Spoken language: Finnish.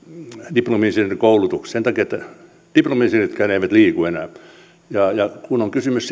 diplomi insinöörikoulutuksesta sen takia että diplomi insinööritkään eivät liiku enää ja ja kun on kysymys